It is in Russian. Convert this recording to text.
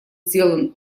сделан